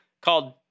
called